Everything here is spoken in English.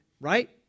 right